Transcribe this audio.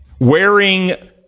Wearing